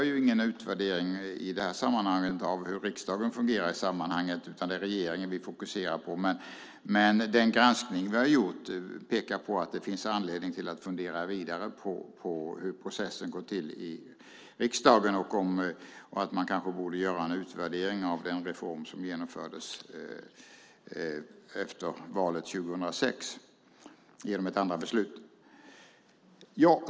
Vi gör ingen utvärdering av hur riksdagen fungerar i sammanhanget, utan det är regeringen vi fokuserar på. Men den granskning som vi har gjort pekar på att det finns anledning att fundera vidare på hur processen går till i riksdagen och om man kanske borde göra en utvärdering av den reform som genomfördes efter valet 2006 genom ett andra beslut.